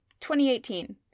2018